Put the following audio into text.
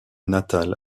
natale